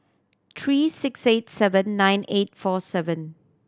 three six eight seven nine eight four seven